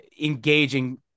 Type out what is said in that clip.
engaging